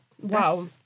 Wow